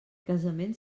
casament